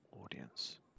audience